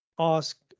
Ask